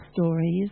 stories